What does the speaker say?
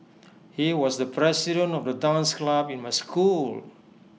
he was the president of the dance club in my school